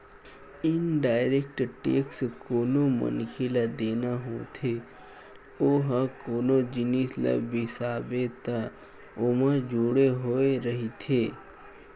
indirect tax कोनो मनखे ल देना होथे ओहा कोनो जिनिस ल बिसाबे त ओमा जुड़े होय रहिथे